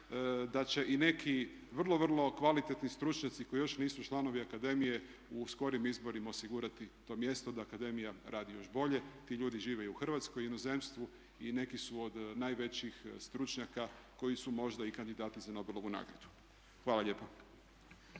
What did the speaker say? da će i neki vrlo, vrlo kvalitetni stručnjaci koji još nisu članovi akademije u skorijim izborima osigurati to mjesto da akademija radi još bolje. Ti ljudi žive i u Hrvatskoj i inozemstvu i neki su od najvećih stručnjaka koji su možda i kandidati za Nobelovu nagradu. Hvala lijepa.